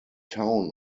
town